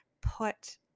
put